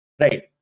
Right